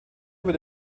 über